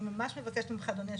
אני מבקשת ממך אדוני היושב-ראש,